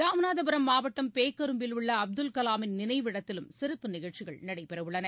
ராமநாதபுரம் மாவட்டம் பேக்கரும்பில் உள்ள அப்துல் கலாமின் நினைவிடத்திலும் சிறப்பு நிகழ்ச்சிகள் நடைபெற உள்ளன